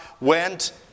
went